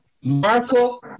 Marco